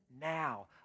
now